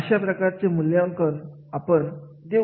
अशा प्रकारचे मूल्यांकन आपण देऊ शकतो